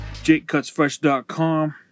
JakeCutsFresh.com